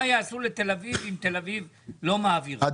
מה יעשו לתל אביב אם תל אביב לא מעבירה?